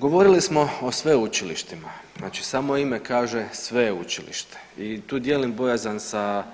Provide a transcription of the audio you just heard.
Govorili smo o sveučilištima, znači samo ime kaže sveučilište i tu dijelim bojazan sa